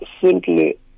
simply